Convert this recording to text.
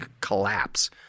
collapse